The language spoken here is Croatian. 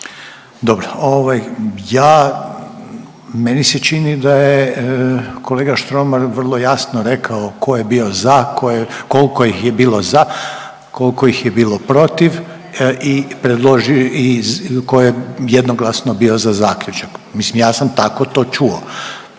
ja, meni se čini da je kolega Štromar vilo jasno rekao tko je bio za, tko je, koliko ih je bilo za, koliko ih je bilo protiv i predložio ih, i tko je jednoglasno bio za zaključak. Mislim ja sam tako to čuo,